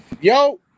Yo